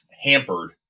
hampered